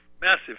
massive